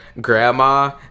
grandma